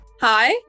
hi